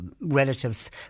relatives